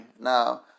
Now